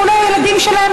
ואולי הילדים שלהם,